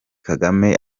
kagame